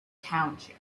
township